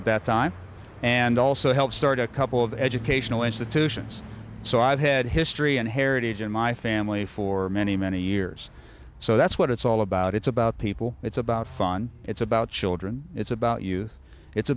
at that time and also helped start a couple of educational institutions so i've had history and heritage in my family for many many years so that's what it's all about it's about people it's about fun it's about children it's about you it's